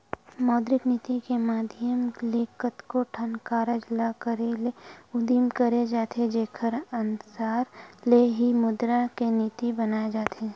मौद्रिक नीति के माधियम ले कतको ठन कारज ल करे के उदिम करे जाथे जेखर अनसार ले ही मुद्रा के नीति बनाए जाथे